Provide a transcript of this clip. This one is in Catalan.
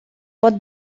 pot